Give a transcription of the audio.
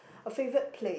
a favourite place